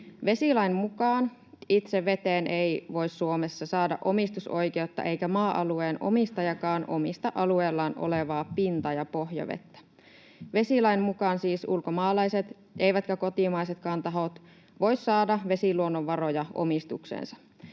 Vesilain mukaan itse veteen ei voi Suomessa saada omistusoikeutta eikä maa-alueen omistajakaan omista alueellaan olevaa pinta- ja pohjavettä. Vesilain mukaan siis eivät ulkomaalaiset eivätkä kotimaisetkaan tahot voi saada vesiluonnonvaroja omistukseensa.